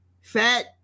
fat